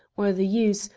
or the use,